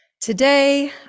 Today